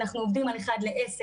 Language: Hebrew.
אנחנו עובדים על 1 ל- 10,